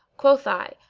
quoth i,